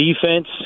defense